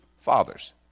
Fathers